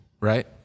right